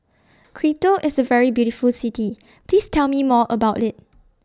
Quito IS A very beautiful City Please Tell Me More about IT